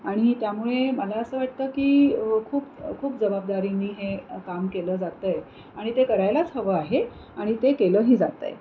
आणि त्यामुळे मला असं वाटतं की खूप खूप जबाबदारीने हे काम केलं जातं आहे आणि ते करायलाच हवं आहे आणि ते केलंही जात आहे